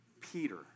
Peter